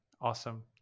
Awesome